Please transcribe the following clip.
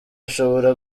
ashobora